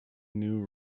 new